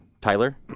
Tyler